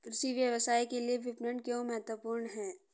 कृषि व्यवसाय के लिए विपणन क्यों महत्वपूर्ण है?